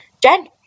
Jen